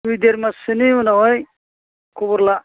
दुइ देर माससोनि उनावहाय खबर ला